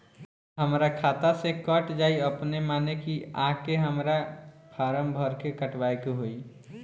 हमरा खाता से कट जायी अपने माने की आके हमरा फारम भर के कटवाए के होई?